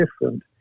different